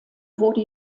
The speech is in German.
wurde